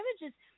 images